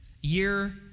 year